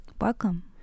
Welcome